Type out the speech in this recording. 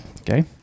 Okay